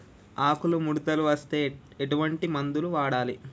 ఆకులు ముడతలు వస్తే ఎటువంటి మందులు వాడాలి?